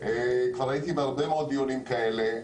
כבר הייתי בהרבה מאוד דיונים כאלה.